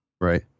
right